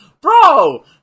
Bro